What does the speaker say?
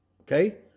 Okay